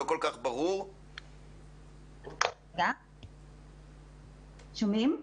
ללא בקרה של המוסדות